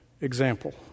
example